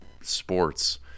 sports